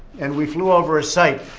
and we flew over a site,